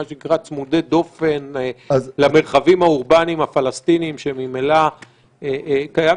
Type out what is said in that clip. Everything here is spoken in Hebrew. מה שנקרא צמודי דופן למרחבים האורבניים הפלסטינים שממילא קיימים.